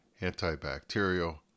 antibacterial